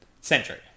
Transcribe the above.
century